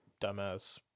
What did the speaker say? dumbass